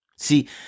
See